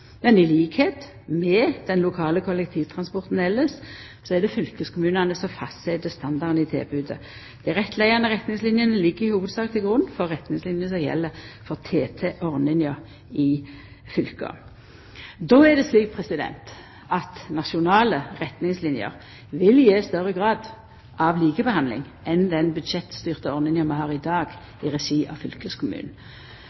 Men i likskap med den lokale kollektivtransporten elles er det fylkeskommunane som fastset standarden i tilbodet. Dei rettleiande retningslinjene ligg i hovudsak til grunn for dei retningslinjene som gjeld for TT-ordninga i fylka. Då er det slik at nasjonale retningslinjer vil gje ein større grad av likebehandling enn den budsjettstyrte ordninga vi har i